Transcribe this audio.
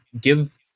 give